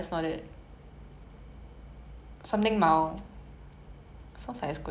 I don't know but black panther in chinese !wow! um